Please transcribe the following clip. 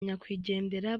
nyakwigendera